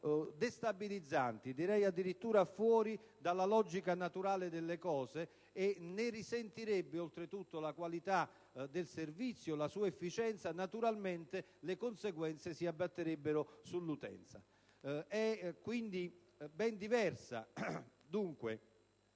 destabilizzanti, direi addirittura fuori dalla logica naturale delle cose, e ne risentirebbe oltretutto la qualità del servizio, la sua efficienza e naturalmente le conseguenze si abbatterebbero sull'utenza. È poi sostanzialmente